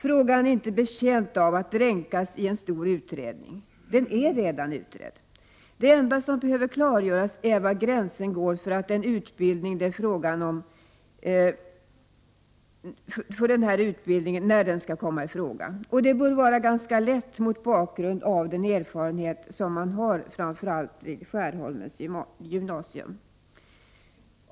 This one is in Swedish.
Frågan är inte betjänt av att dränkas i en stor utredning. Den är redan utredd. Det enda som behöver klargöras är var gränsen går för att utbildningen skall komma i fråga, och det bör vara ganska lätt att avgöra mot bakgrund av den erfarenhet man har vid framför allt Skärholmens gymnasium.